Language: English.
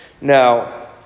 Now